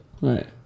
right